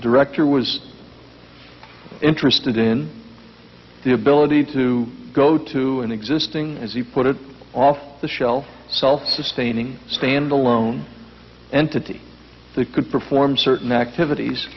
director was interested in the ability to go to an existing as he put it off the shelf self sustaining stand alone entity that could perform certain activities